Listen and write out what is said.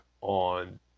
on